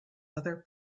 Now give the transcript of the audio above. other